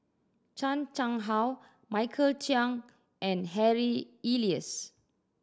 Chan Chang How Michael Chiang and Harry Elias